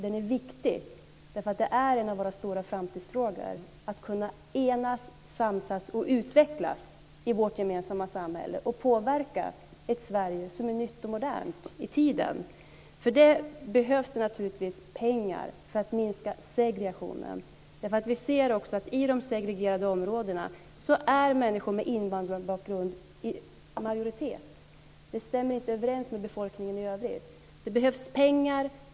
Den är viktig, därför att det är en av våra stora framtidsfrågor att kunna enas, samsas och utvecklas i vårt gemensamma samhälle och påverka ett Sverige som är nytt och modernt och i tiden. För att minska segregationen behövs det naturligtvis pengar. Vi ser också att människor med invandrarbakgrund är i majoritet i de segregerade områdena. Det stämmer inte överens med vad som gäller för befolkningen i övrigt. Det behövs pengar.